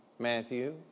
Matthew